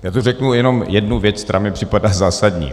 Já řeknu jenom jednu věc, která mi připadá zásadní.